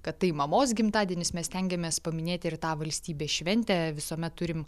kad tai mamos gimtadienis mes stengiamės paminėti ir tą valstybės šventę visuomet turim